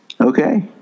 Okay